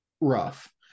rough